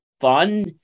fun